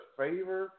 favor